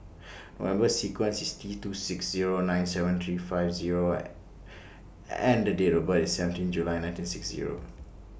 Number sequence IS T two six Zero nine seven three five Zero and Date of birth IS seventeen July nineteen six Zero